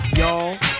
y'all